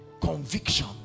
Conviction